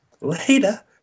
Later